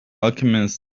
alchemist